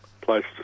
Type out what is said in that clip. place